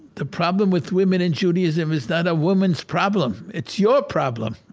the problem with women in judaism is not a woman's problem. it's your problem.